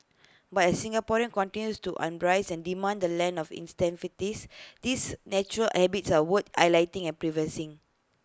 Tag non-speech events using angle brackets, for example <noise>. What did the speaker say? but as Singaporean continues to on brace and demand the land of <unintelligible> these natural habits are worth highlighting and pre verse in